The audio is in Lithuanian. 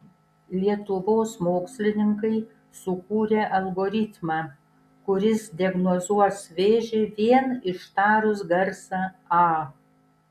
lietuvos mokslininkai sukūrė algoritmą kuris diagnozuos vėžį vien ištarus garsą a